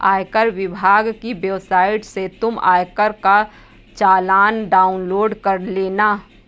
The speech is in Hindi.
आयकर विभाग की वेबसाइट से तुम आयकर का चालान डाउनलोड कर लेना